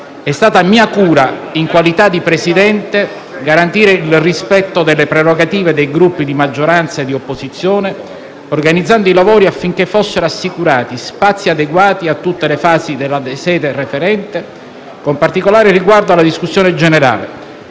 è stata mia cura, in qualità di Presidente, garantire il rispetto delle prerogative dei Gruppi di maggioranza e di opposizione, organizzando i lavori affinché fossero assicurati spazi adeguati a tutte le fasi della sede referente, con particolare riguardo alla discussione generale,